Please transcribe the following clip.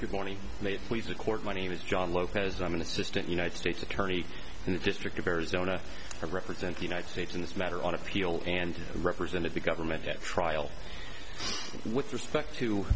good morning please the court money was john lopez i'm an assistant united states attorney in the district of arizona represent united states in this matter on appeal and represented the government at trial with respect to